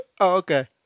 okay